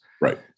Right